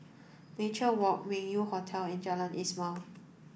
Nature Walk Meng Yew Hotel and Jalan Ismail